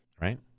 Right